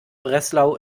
breslau